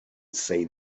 say